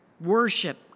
worship